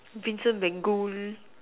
Vincent-van-gogh